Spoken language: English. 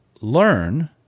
learn